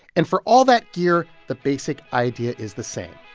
and for all that gear, the basic idea is the same.